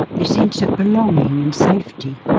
their sense of belonging and safety,